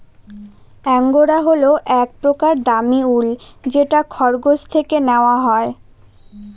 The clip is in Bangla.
এঙ্গরা হল এক প্রকার দামী উল যেটা খরগোশ থেকে নেওয়া হয়